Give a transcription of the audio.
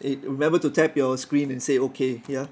it remember to tap your screen and say okay ya